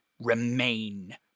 remain